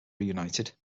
reunited